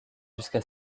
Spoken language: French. jusqu’à